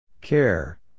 Care